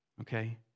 Okay